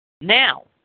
Now